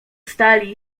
stali